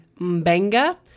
Mbenga